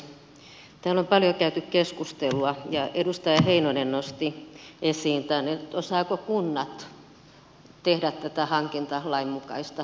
täällä on paljon käyty keskustelua ja edustaja heinonen nosti esiin tämän osaavatko kunnat tehdä tätä hankintalain mukaista kilpailutusta